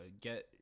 get